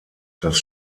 dass